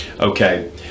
Okay